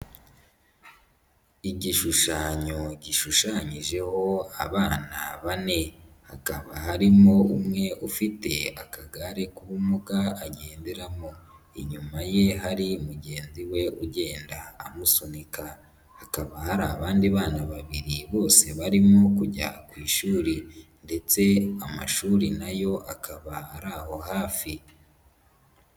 Igishushanyo gishushanyijeho abana bane. Hakaba harimo umwe ufite akagare k'ubumuga agenderamo. Inyuma ye hari mugenzi we ugenda amusunika. Hakaba hari abandi bana babiri bose barimo kujya ku ishuri ndetse amashuri na yo akaba ari aho hafi.